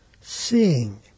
Seeing